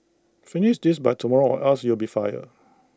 finish this by tomorrow or else you'll be fired